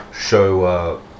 show